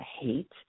hate